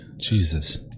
Jesus